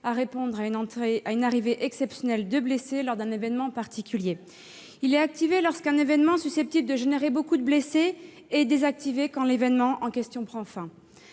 à répondre à une arrivée exceptionnelle de blessés lors d'un événement particulier. Il est activé lorsqu'un événement est susceptible de générer beaucoup de blessés et désactivé quand l'événement en question prend fin.